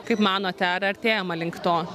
kaip manote ar artėjama link to